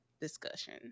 discussion